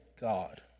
God